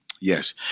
Yes